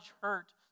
hurt